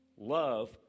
love